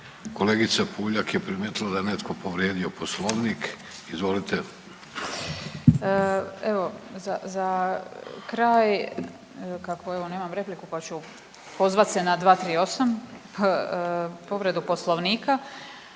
Kolegica Puljak je primijetila da je netko povrijedio poslovnik, izvolite. **Puljak, Marijana (Centar)** Evo za, za kraj, kako evo nemam repliku, pa ću pozvat se na 238. povredu poslovnika.